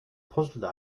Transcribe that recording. positively